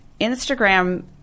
Instagram